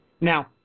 Now